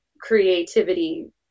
creativity